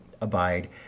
abide